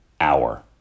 hour